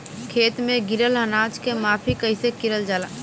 खेत में गिरल अनाज के माफ़ी कईसे करल जाला?